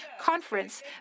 conference